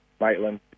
Maitland